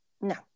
No